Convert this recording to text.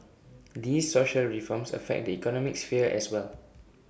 these social reforms affect the economic sphere as well